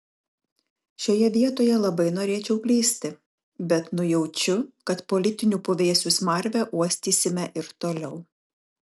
šioje vietoje labai norėčiau klysti bet nujaučiu kad politinių puvėsių smarvę uostysime ir toliau